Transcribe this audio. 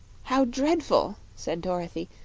how dreadful! said dorothy.